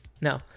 no